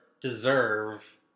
deserve